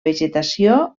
vegetació